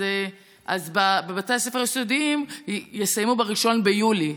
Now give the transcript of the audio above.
אז בבתי הספר היסודיים יסיימו ב-1 ביולי.